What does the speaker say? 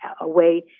away